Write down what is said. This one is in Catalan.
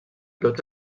tots